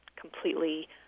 completely